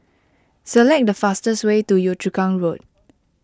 select the fastest way to Yio Chu Kang Road